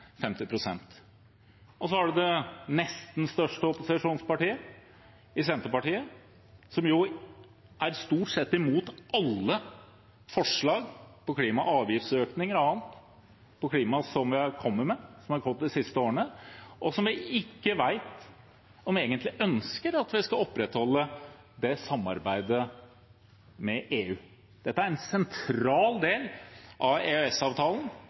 Så har man det nesten største opposisjonspartiet, Senterpartiet, som jo stort sett er imot alle forslag på klima – avgiftsøkninger og annet – som vi har kommet med de siste årene, og som vi ikke vet om egentlig ønsker at vi skal opprettholde samarbeidet med EU. Dette er en sentral del av